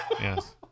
Yes